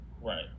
right